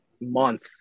month